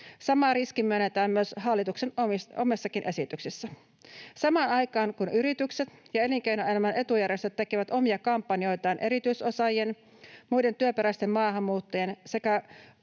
Sama riski myönnetään hallituksen omissakin esityksissä. Samaan aikaan kun yritykset ja elinkeinoelämän etujärjestöt tekevät omia kampanjoitaan erityisosaajien, muiden työperäisten maahanmuuttajien sekä